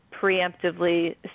preemptively